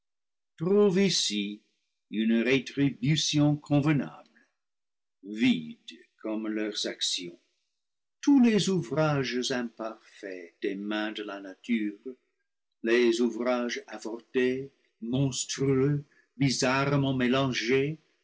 ici une rétribution convenable vide comme leurs actions tous les ouvrages imparfaits des mains de la nature les ouvrages avortés monstrueux bizarrement mélangés